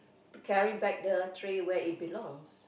to carry back the tray where it belongs